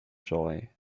joy